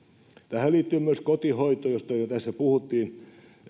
tähän liittyy myös vaikeuksien ilmaantuessa kotihoito josta jo tässä puhuttiin